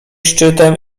szczytem